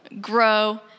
grow